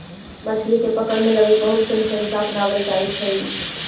मछली के पकड़े लगी बहुत सनी तरीका अपनावल जाइत हइ